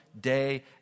day